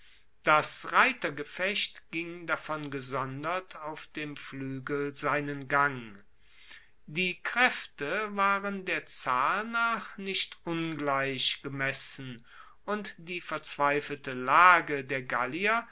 das reitergefecht ging davon gesondert auf dem fluegel seinen gang die kraefte waren der zahl nach nicht ungleich gemessen und die verzweifelte lage der gallier